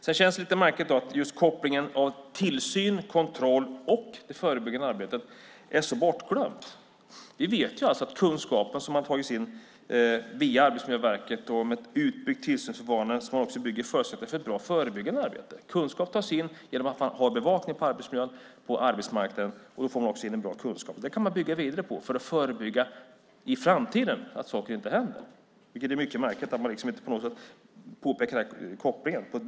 Det känns lite märkligt att kopplingen mellan tillsyn, kontroll och förebyggande arbete är så bortglömd. Vi vet att kunskapen som har tagits in via Arbetsmiljöverket om en utbyggd tillsyn är en förutsättning för ett bra förebyggande arbete. Kunskap tas in genom att ha bevakning på arbetsmiljön på arbetsmarknaden. Då blir det bra kunskap. Kunskap kan användas för att förebygga att saker inte ska hända i framtiden. Det är märkligt att man inte ser kopplingen.